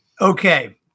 Okay